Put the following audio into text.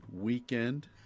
weekend